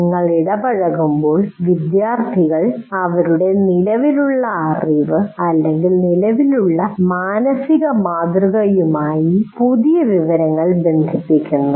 നിങ്ങൾ ഇടപഴകുമ്പോൾ വിദ്യാർത്ഥികൾ അവരുടെ നിലവിലുള്ള അറിവ് അല്ലെങ്കിൽ നിലവിലുള്ള മാനസികമാതൃകയുമായി പുതിയ വിവരങ്ങൾ ബന്ധിപ്പിക്കുന്നു